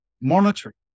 monitoring